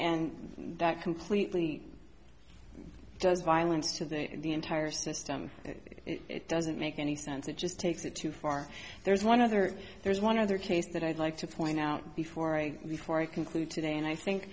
and that completely does violence to the in the entire system it doesn't make any sense it just takes it too far there's one other there's one other case that i'd like to point out before i before i conclude today and i think